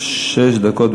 שש דקות.